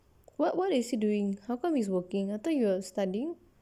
what what is he doing how come he's working I thought he was studying